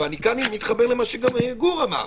כאן אני מתחבר גם למה שגור אמר.